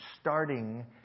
starting